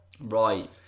right